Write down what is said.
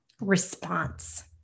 response